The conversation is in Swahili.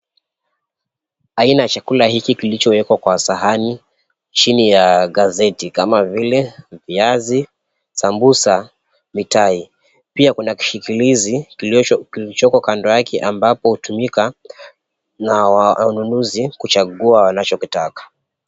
Aina ya chakula hiki kilichowekwa kwa sahani, chini ya gazeti kama vile viazi, sambusa, mitai, pia kuna kishikilizi kilichoko kando yake ambapo hutumika na wanunuzi kuchagua wanachokitaka.